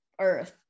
earth